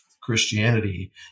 Christianity